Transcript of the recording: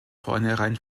vornherein